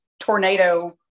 tornado